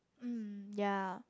um yea